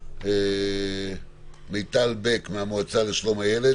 וכך כתוב בו: "אין פוגעים בחייו,